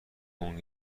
اون